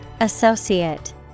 Associate